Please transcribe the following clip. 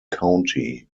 county